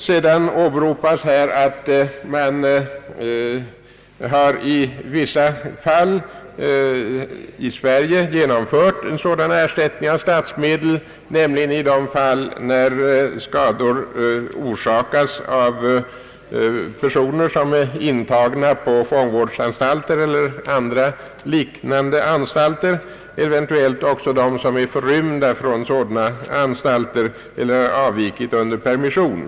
Vidare åberopas att man i vissa fall i Sverige genomfört en sådan ersättning med statsmedel, nämligen då skador orsakats av personer som är intagna på fångvårdsanstalter eller andra liknande inrättningar, eventuellt också av personer som är förrymda från sådana anstalter eller avvikit under permission.